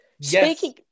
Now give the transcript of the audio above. Speaking –